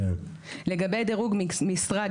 לגבי דירוג משרה,